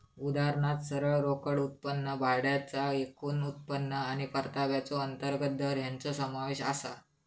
उदाहरणात सरळ रोकड उत्पन्न, भाड्याचा एकूण उत्पन्न आणि परताव्याचो अंतर्गत दर हेंचो समावेश आसा